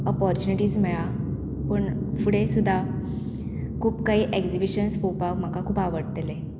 opportunities मेळ्ळा पूण फुडें सुद्दां खूब काही एग्जिबिशन्स पोवपाक म्हाका खूब आवडटलें